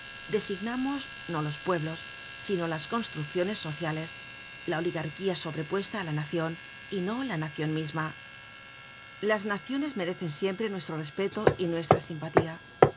designamos no los pueblos sino las construcciones sociales la oligarquía sobrepuesta á la nacion y no la nacion misma las naciones merecen siempre nuestro respeto y nuestra simpatía